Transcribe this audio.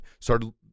started